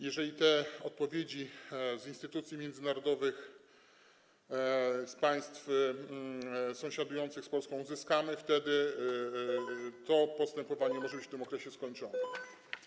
Jeżeli te odpowiedzi z instytucji międzynarodowych państw sąsiadujących z Polską uzyskamy, wtedy to postępowanie może w tym okresie zostać zakończone.